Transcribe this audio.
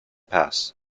pass